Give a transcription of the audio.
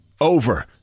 over